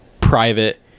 private